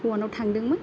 हौवानाव थांदोंमोन